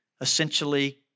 essentially